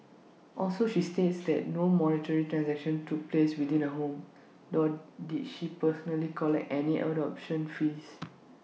also she states that no monetary transactions took place within her home nor did she personally collect any adoption fees